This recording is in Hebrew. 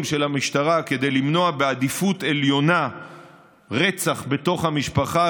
של המשטרה כדי למנוע בעדיפות עליונה רצח בתוך המשפחה,